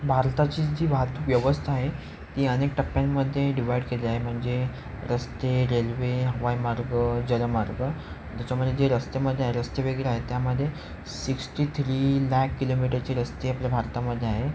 भारताची जी वाहतूक व्यवस्था आहे ती अनेक टप्प्यांमध्ये डिवाइड केली आहे म्हणजे रस्ते रेल्वे हवाई मार्ग जल मार्ग त्याच्यामध्ये जे रस्तेमध्ये आहे रस्ते वगैरे आहे त्यामध्ये सिक्स्टी थ्री लॅक किलोमीटरचे रस्ते आपल्या भारतामध्ये आहे